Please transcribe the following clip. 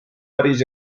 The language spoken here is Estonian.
päris